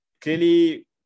clearly